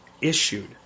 issued